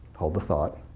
hold the thought.